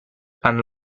and